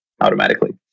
automatically